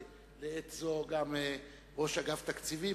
ולעת זו גם ראש אגף תקציבים,